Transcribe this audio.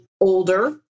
older